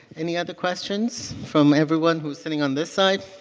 any other questions from everyone who's sitting on this side.